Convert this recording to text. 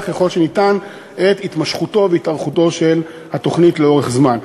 ככל שניתן את התמשכותה של התוכנית לאורך זמן.